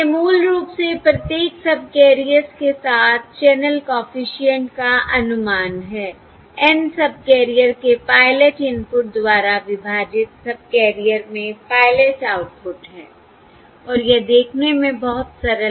यह मूल रूप से प्रत्येक सबकैरियर्स के साथ चैनल कॉफिशिएंट का अनुमान है N सबकैरियर के पायलट इनपुट द्वारा विभाजित सबकैरियर में पायलट आउटपुट है और यह देखने में बहुत सरल है